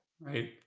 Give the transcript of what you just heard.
right